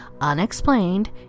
unexplained